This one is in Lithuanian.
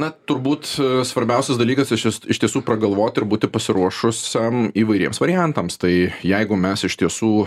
na turbūt svarbiausias dalykas iš iš iš tiesų pragalvoti ir būti pasiruošusiam įvairiems variantams tai jeigu mes iš tiesų